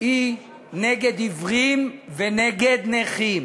היא נגד עיוורים ונגד נכים,